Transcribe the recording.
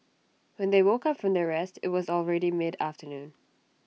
when they woke up from their rest IT was already mid afternoon